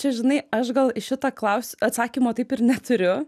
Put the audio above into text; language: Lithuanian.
čia žinai aš gal į šitą klausi atsakymo taip ir neturiu